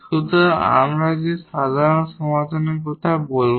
সুতরাং আমরা যে সাধারণ সমাধানের কথা বলব